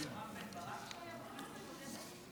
זה החוק של רם בן ברק שהיה בכנסת הקודמת?